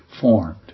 formed